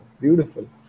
Beautiful